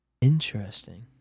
Interesting